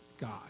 God